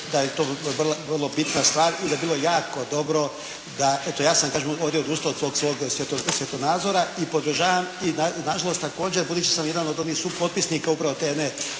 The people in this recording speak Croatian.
da je to vrlo bitna stvar i da bi bilo jako dobro, eto ja sam kažem ovdje, odustao od tog svog svjetonazora. I podržavam i nažalost također budući da sam jedan od onih supotpisnika upravo te